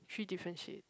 three different shades